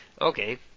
Okay